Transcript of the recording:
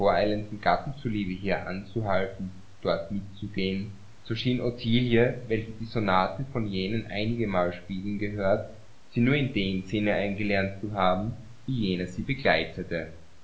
gatten zuliebe hier anzuhalten dort mitzugehen so schien ottilie welche die sonate von jenen einigemal spielen gehört sie nur in dem sinne eingelernt zu haben wie jener sie begleitete